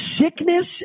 sickness